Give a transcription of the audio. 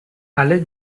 all